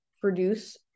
produce